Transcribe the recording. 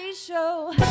Show